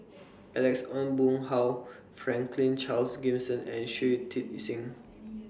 Alex Ong Boon Hau Franklin Charles Gimson and Shui Tit Sing